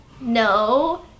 No